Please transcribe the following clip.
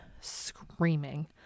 screaming